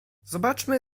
zobaczmy